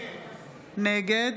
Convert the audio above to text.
נגד